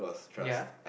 ya